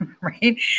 Right